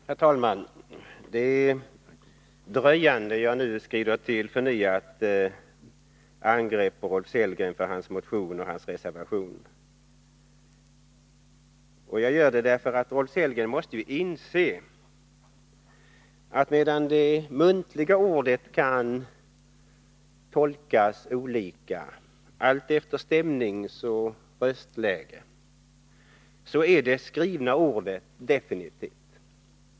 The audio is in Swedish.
Herr talman! Det är dröjande jag nu skrider till förnyat angrepp på Rolf Sellgren för hans motion och reservation. Jag gör det för att Rolf Sellgren skall inse att medan det muntliga ordet kan tolkas olika allt efter stämningsoch röstläge är det skrivna ordet definitivt.